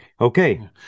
Okay